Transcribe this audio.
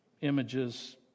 images